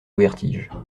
vertige